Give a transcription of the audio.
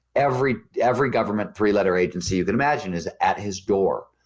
every every government three-letter agency you can imagine is at his door.